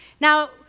Now